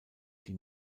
die